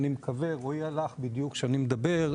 ורועי הלך בדיוק כשאני מדבר,